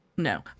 No